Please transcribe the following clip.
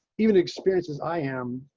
even experiences. i am.